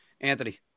Anthony